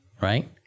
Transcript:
Right